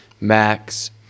Max